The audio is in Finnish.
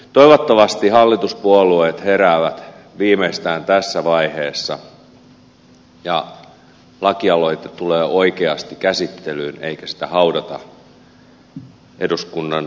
toivottavasti hallituspuolueet heräävät viimeistään tässä vaiheessa ja laki aloite tulee oikeasti käsittelyyn eikä sitä haudata eduskunnan käytäville